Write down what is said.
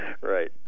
Right